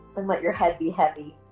and let your head be heavy,